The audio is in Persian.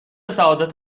سعادت